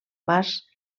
mas